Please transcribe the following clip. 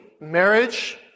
marriage